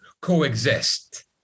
coexist